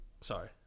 Sorry